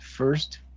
First